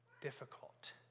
difficult